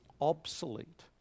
obsolete